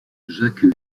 jacques